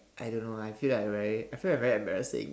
I don't know I feel I very I feel like very embarrassing